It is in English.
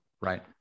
Right